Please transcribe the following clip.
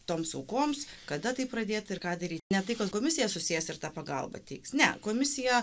toms aukoms kada tai pradėtiž ir ką darytiž ne tai kad komisija susijęs ir tą pagalbą teiks ne komisija